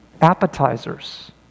appetizers